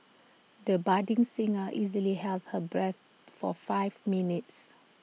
the budding singer easily held her breath for five minutes